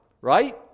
Right